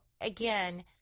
again